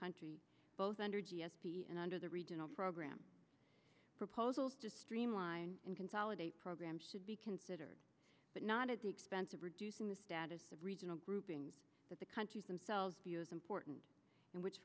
countries both under g s t and under the regional program proposals to streamline and consolidate programs should be considered but not at the expense of reducing the status of regional grouping but the countries themselves be as important and which